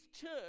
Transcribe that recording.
church